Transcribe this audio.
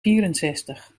vierenzestig